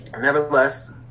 nevertheless